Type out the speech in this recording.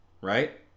right